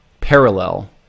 parallel